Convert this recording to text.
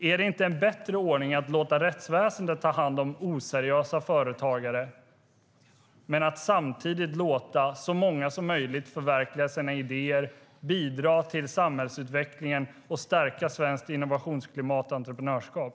Är det inte en bättre ordning att låta rättsväsendet ta hand om oseriösa företagare men att samtidigt låta så många som möjligt förverkliga sina idéer, bidra till samhällsutvecklingen och stärka svenskt innovationsklimat och entreprenörskap?